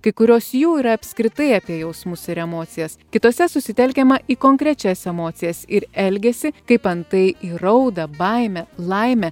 kai kurios jų yra apskritai apie jausmus ir emocijas kitose susitelkiama į konkrečias emocijas ir elgesį kaip antai į raudą baimę laimę